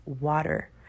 water